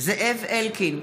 זאב אלקין,